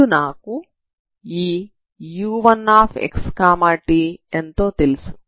ఇప్పుడు నాకు ఈ u1xt ఎంతో తెలుసు